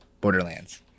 Borderlands